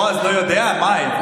בועז לא יודע, מאי?